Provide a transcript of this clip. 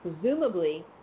Presumably